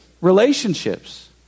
relationships